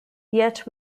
yet